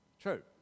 True